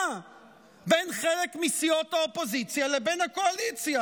בין חלק מסיעות האופוזיציה לבין הקואליציה.